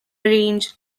range